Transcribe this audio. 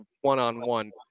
one-on-one